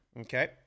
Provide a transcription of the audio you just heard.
Okay